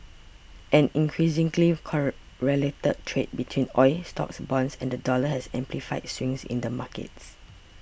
an increasingly correlated trade between oil stocks bonds and the dollar has amplified swings in the markets